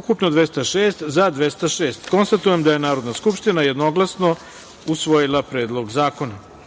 ukupno 206, za – 206.Konstatujem da je Narodna skupština jednoglasno usvojila Predlog zakona. Pošto